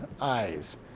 eyes